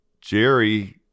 jerry